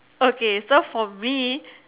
okay so for me